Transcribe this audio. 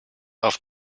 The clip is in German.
auf